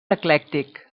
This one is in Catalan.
eclèctic